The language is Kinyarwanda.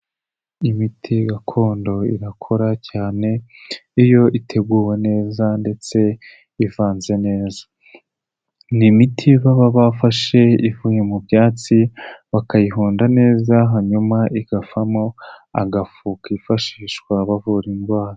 Imiti gakondo irakora cyane iyo iteguwe neza ndetse ivanze neza n'imiti baba bafashe ivuye mu byatsi bakayihonda neza hanyuma ikavamo agafu kifashishwa bavura indwara.